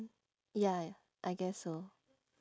ya I guess so